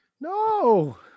No